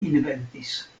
inventis